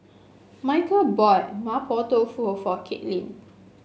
Micheal bought Mapo Tofu for Katelynn